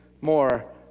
more